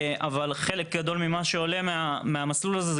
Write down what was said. אבל חלק גדול ממה שעולה מהמסלול הזה זה